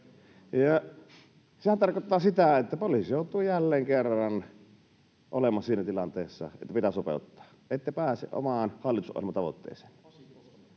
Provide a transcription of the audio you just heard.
Sehän tarkoittaa, että poliisi joutuu jälleen kerran olemaan siinä tilanteessa, että pitää sopeuttaa. Ette pääse omaan hallitusohjelmatavoitteeseenne.